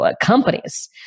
companies